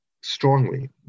strongly